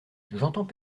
j’entends